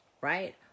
right